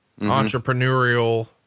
entrepreneurial